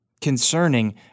concerning